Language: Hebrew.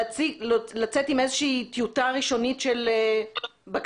לצאת עם איזו שהיא טיוטה ראשונית של בקשה